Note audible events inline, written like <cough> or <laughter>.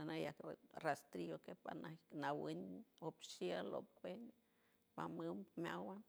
anajak rastrillo que panawen oxielope <unintelligible> miawal.